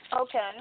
Okay